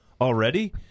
already